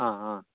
ಹಾಂ ಹಾಂ